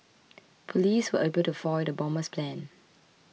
police were able to foil the bomber's plans